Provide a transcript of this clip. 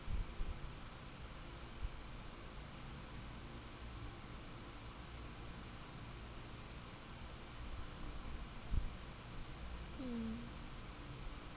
mm